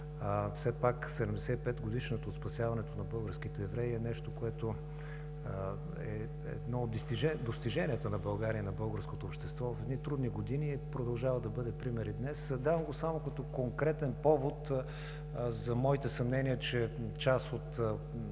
Все пак 75-годишнината от спасяването на българските евреи е нещо, което е едно от достиженията на България, на българското общество в едни трудни години и продължава да бъде пример и днес. Давам го само като конкретен повод за съмненията ми, че част от